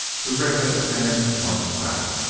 the red-headed man lunged back,